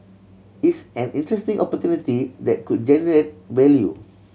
it's an interesting opportunity that could generate value